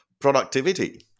productivity